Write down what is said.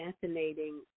fascinating